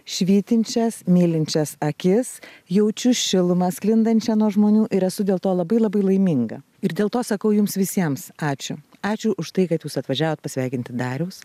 švytinčias mylinčias akis jaučiu šilumą sklindančią nuo žmonių ir esu dėl to labai labai laiminga ir dėl to sakau jums visiems ačiū ačiū už tai kad jūs atvažiavot pasveikinti dariaus